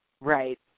Right